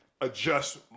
adjust